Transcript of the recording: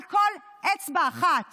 על כל אצבע אחת